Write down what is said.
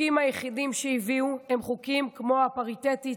החוקים היחידים שהביאו הם חוקים כמו הפריטטי,